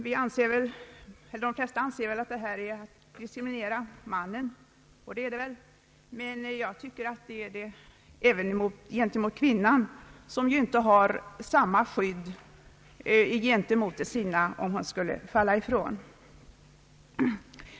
De flesta anser att det är att diskriminera mannen, och det är det väl, men jag tycker att det är en diskriminering även av kvinnan, som ju inte kan ge samma skydd åt de sina, om hon skulle falla ifrån.